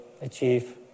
achieve